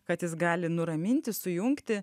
kad jis gali nuraminti sujungti